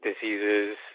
diseases